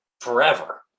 forever